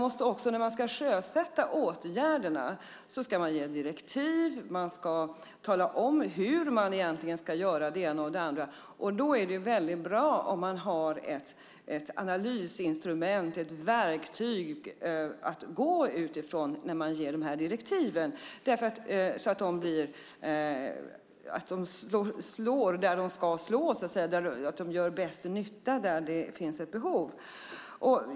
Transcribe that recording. Men när man ska sjösätta åtgärderna ska man ge direktiv och tala om hur man ska göra, och då är det väldigt bra om man har ett analysverktyg att utgå från, så att direktiven slår där de ska slå och gör nytta där det finns behov.